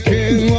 King